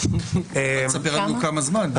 ספר לנו כמה זמן.